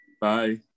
bye